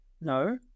No